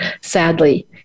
sadly